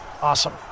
Awesome